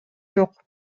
жок